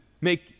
make